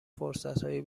فرصتهای